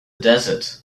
desert